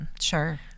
Sure